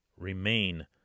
remain